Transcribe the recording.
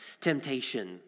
temptation